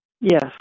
Yes